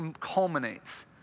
culminates